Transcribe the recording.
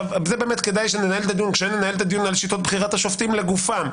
כדאי שננהל את הדיון כשנהל את הדיון על שיטות בחירת השופטים לגופן.